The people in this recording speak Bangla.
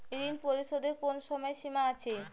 ঋণ পরিশোধের কোনো সময় সীমা আছে?